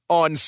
on